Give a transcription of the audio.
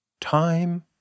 time